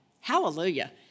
Hallelujah